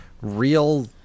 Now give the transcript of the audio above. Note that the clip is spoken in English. real